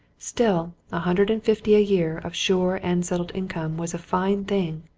still, a hundred and fifty a year of sure and settled income was a fine thing,